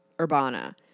Urbana